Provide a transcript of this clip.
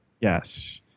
Yes